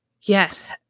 yes